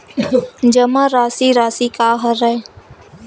जमा राशि राशि का हरय?